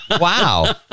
Wow